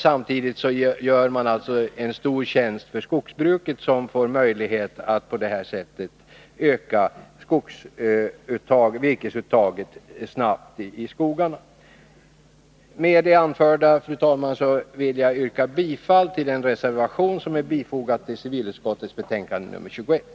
Samtidigt gör alltså verket skogsbruket en stor tjänst, som på detta sätt får möjlighet att snabbt öka virkesuttaget i skogarna. Med det anförda vill jag, fru talman, yrka bifall till den reservation som är fogad till civilutskottets betänkande nr 21.